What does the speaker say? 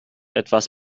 etwas